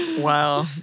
Wow